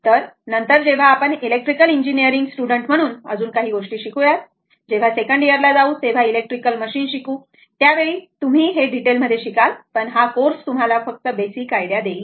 तर नंतर जेव्हा आपण इलेक्ट्रिकल इंजिनिअरिंग स्टुडंट म्हणून अजून गोष्टी शिकू यात जेव्हा सेकंड इयर ला जाऊ तेव्हा इलेक्ट्रिकल मशीन शिकू त्यावेळेला तुम्ही डिटेल मध्ये शिकाल पण हा कोर्स तुम्हाला फक्त बेसिक आयडिया देईल